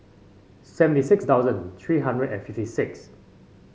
seventy six thousand three hundred and fifty six